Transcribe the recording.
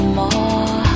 more